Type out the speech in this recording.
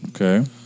Okay